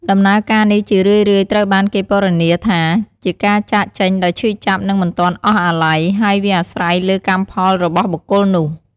ដំណើរការនេះជារឿយៗត្រូវបានគេពណ៌នាថាជាការចាកចេញដោយឈឺចាប់ និងមិនទាន់អស់អាល័យ ហើយវាអាស្រ័យលើកម្មផលរបស់បុគ្គលនោះ។